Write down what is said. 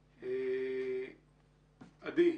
עדי,